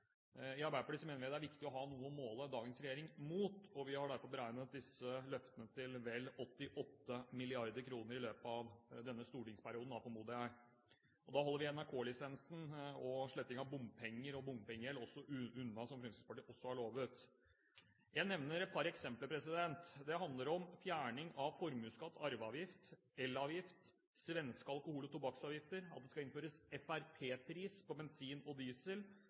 I Arbeiderpartiet mener vi det er viktig å ha noe å måle dagens regjering mot, og vi har derfor beregnet disse løftene til vel 88 mrd. kr – i løpet av denne stortingsperioden, formoder jeg. Da holder vi fjerning av NRK-lisensen og sletting av bompenger og bompengegjeld, som Fremskrittspartiet også har lovet, unna. Jeg nevner et par eksempler: Det handler om fjerning av formuesskatt, arveavgift, elavgift, det handler om svenske alkohol- og tobakksavgifter, at det skal innføres «FrP-pris» på bensin og diesel